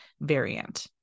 variant